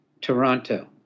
Toronto